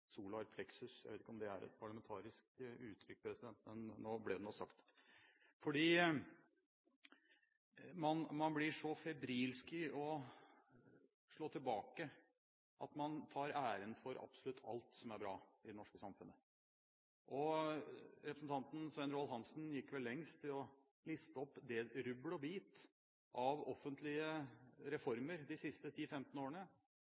plexus. Jeg vet ikke om det er et parlamentarisk uttrykk, men nå ble det nå sagt. Man blir så febrilsk i å slå tilbake at man tar æren for absolutt alt som er bra i det norske samfunnet. Representanten Svein Roald Hansen gikk vel lengst i å liste opp rubbel og bit av offentlige reformer de siste 10–15 årene